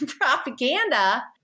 propaganda